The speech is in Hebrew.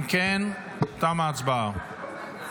אם כן, תמה ההצבעה.